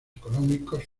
económicos